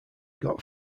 got